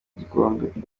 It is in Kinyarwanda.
igikombe